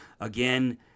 Again